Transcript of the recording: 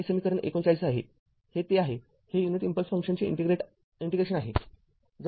हे समीकरण ३९ आहे हे ते आहेहे युनिट स्टेप फंक्शनचे इंटिग्रेशन आहे